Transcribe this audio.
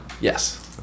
Yes